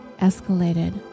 escalated